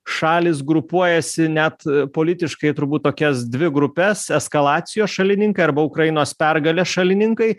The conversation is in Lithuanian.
šalys grupuojasi net politiškai turbūt tokias dvi grupes eskalacijos šalininkai arba ukrainos pergalės šalininkai